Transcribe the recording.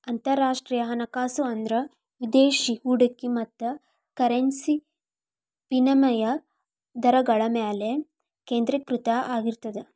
ಅಂತರರಾಷ್ಟ್ರೇಯ ಹಣಕಾಸು ಅಂದ್ರ ವಿದೇಶಿ ಹೂಡಿಕೆ ಮತ್ತ ಕರೆನ್ಸಿ ವಿನಿಮಯ ದರಗಳ ಮ್ಯಾಲೆ ಕೇಂದ್ರೇಕೃತ ಆಗಿರ್ತದ